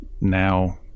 now